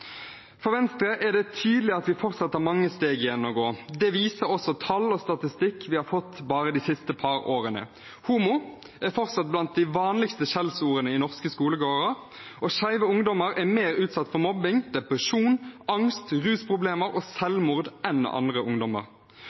For Venstre er det tydelig at vi fortsatt har mange steg igjen å gå. Det viser også tall og statistikk vi har fått, bare de siste par årene. «Homo» er fortsatt blant de vanligste skjellsordene i norske skolegårder, og skeive ungdommer er mer utsatt for mobbing, depresjon, angst, rusproblemer og selvmord enn andre ungdommer.